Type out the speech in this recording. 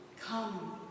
come